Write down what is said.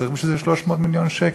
צריך בשביל זה 300 מיליון שקל.